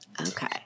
Okay